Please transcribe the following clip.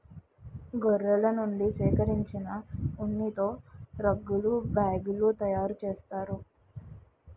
గొర్రెల నుండి సేకరించిన ఉన్నితో రగ్గులు బ్యాగులు తయారు చేస్తారు